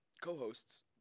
co-hosts